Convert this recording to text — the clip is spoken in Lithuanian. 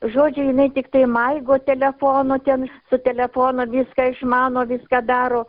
žodžiu jinai tiktai maigo telefonu ten su telefonu viską išmano viską daro